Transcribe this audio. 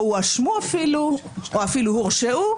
או הואשמו אפילו או אפילו הורשעו,